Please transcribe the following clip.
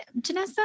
Janessa